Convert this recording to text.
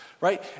right